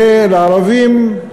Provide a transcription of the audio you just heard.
ולערבים,